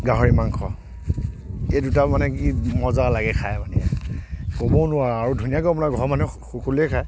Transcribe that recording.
গাহৰি মাংস এই দুটা মানে কি মজা লাগে খাই মানে ক'ব নোৱাৰোঁ আৰু ধুনীয়াকৈ বনাওঁ ঘৰৰ মানুহে সকলোৱে খায়